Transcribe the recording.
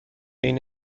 این